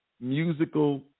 musical